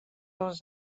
els